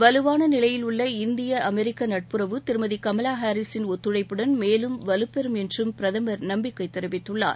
வலுவான நிலையில் உள்ள இந்திய அமெரிக்க நட்புறவு திருமதி கமவா ஹாரிஸின் ஒத்துழைப்புடன் மேலும் வலுப்பெறும் என்றும் பிரதமர் நம்பிக்கை தெரிவித்துள்ளார்